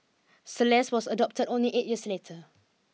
Celeste was adopted only eight years later